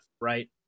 right